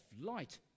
light